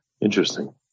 interesting